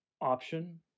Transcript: option